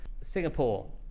Singapore